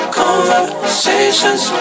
conversations